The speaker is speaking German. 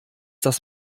das